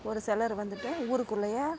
ஒரு சிலர் வந்துட்டு ஊருக்குள்ளேயே